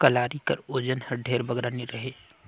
कलारी कर ओजन हर ढेर बगरा नी रहें